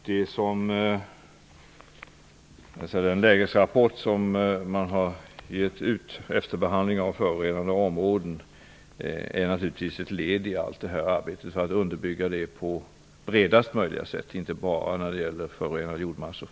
Den lägesrapport som Naturvårdsverket har gett ut, Efterbehandling av förorenade områden, är naturligtvis ett led i att underbygga detta arbete, som skall omfatta mer än bara förorenade jordmassor, på bredaste möjliga sätt.